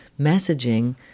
messaging